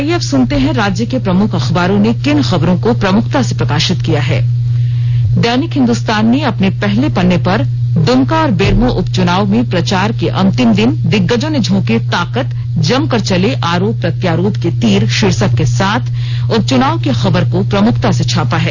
आईये अब सुनते हैं राज्य के प्रमुख अखबारों ने किन खबरों को प्रमुखता से प्रकाशित किया है दैनिक हिन्दुस्तान ने अपने पहले पन्ने पर दुमका और बेरमो उपचुनाव में प्रचार के अंतिम दिन दिग्गजों ने झोंकी ताकत जमकर चले आरोप प्रत्यारोप के तीर शीर्षक के साथ उपचुनाव की खबर को प्रमुखता से छापा है